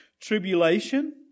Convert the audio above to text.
tribulation